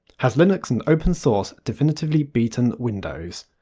has linux and open source definitively beaten windows?